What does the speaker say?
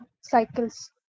cycles